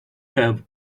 have